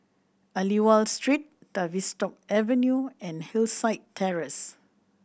Aliwal Street Tavistock Avenue and Hillside Terrace